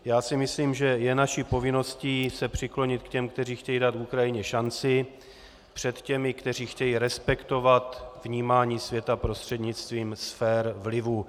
Já si myslím, že je naší povinností se přiklonit k těm, kteří chtějí dát Ukrajině šanci, před těmi, kteří chtějí respektovat vnímání světa prostřednictvím sfér vlivu.